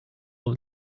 will